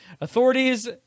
Authorities